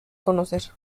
conocer